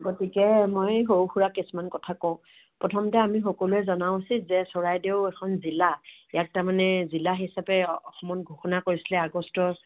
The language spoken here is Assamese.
গতিকে মই সৰু সুৰা কিছুমান কথা কওঁ প্ৰথমতে আমি সকলোৱে জনা উচিত যে চৰাইদেউ এখন জিলা ইয়াক তাৰমানে জিলা হিচাপে অসমত ঘোষণা কৰিছিলে আগষ্টৰ